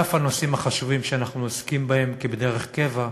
על אף הנושאים החשובים שאנחנו עוסקים בהם דרך קבע,